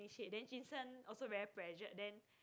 said jun sheng also very pressured then